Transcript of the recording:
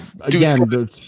Again